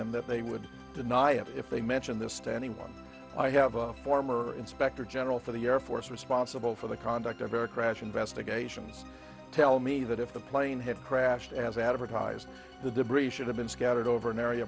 them that they would deny it if they mention this to anyone i have a former inspector general for the air force responsible for the conduct of a crash investigations tell me that if the plane had crashed as advertised the debris should have been scattered over an area